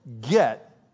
get